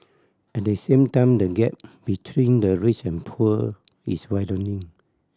at the same time the gap between the rich and poor is widening